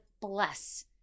bless